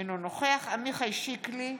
אינו נוכח עמיחי שיקלי,